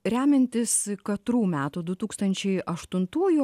remiantis katrų metų du tūkstančiai aštuntųjų